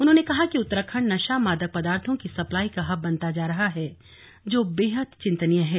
उन्होंने कहा कि उत्तराखंड नशा मादक पदार्थों की सप्लाई का हब बनता जा रहा है जो बेहद चिंतनीय है